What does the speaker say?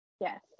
yes